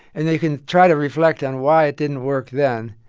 and they can try to reflect on why it didn't work then,